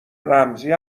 رمزی